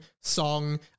song